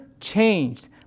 changed